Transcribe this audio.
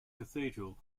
cathedral